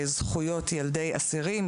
זכויות ילדי אסירים,